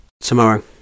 tomorrow